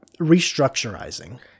restructurizing